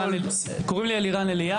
קוראים לי אלירן אליה,